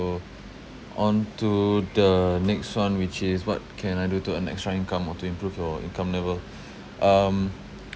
~o onto the next one which is what can I do to earn extra income or to improve your income level um